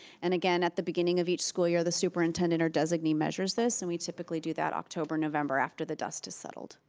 and again at the beginning of each school year the superintendent or designee measures this and we typically do that october, november after the dust is settled.